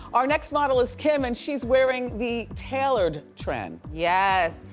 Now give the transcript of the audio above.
our next model is kim and she's wearing the tailored trend. yes.